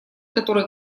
которые